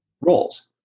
roles